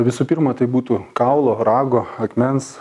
visų pirma tai būtų kaulo rago akmens